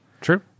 True